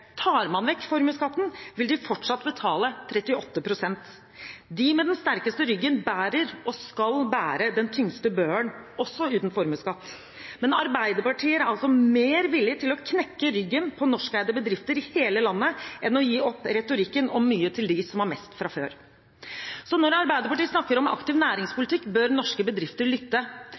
Tar man vekk formuesskatten, vil de fortsatt betale 38 pst. De med den sterkeste ryggen bærer – og skal bære – den tyngste børen, også uten formuesskatt. Men Arbeiderpartiet er altså mer villig til å knekke ryggen på norskeide bedrifter i hele landet enn å gi opp retorikken om mye til dem som har mest fra før. Så når Arbeiderpartiet snakker om aktiv næringspolitikk, bør norske bedrifter lytte.